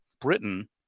Britain